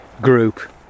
Group